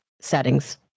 settings